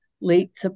late